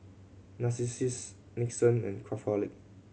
Narcissus Nixon and Craftholic